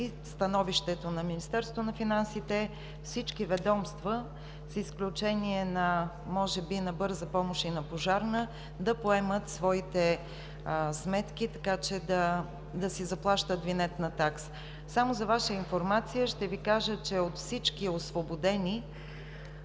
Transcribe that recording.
и становището на Министерството на финансите е всички ведомства, с изключение може би на „Бърза помощ“ и на Пожарната да поемат своите сметки, така че да си заплащат винетна такса. Само за Ваша информация ще кажа, че от всички освободени